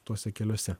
tuose keliuose